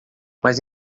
mas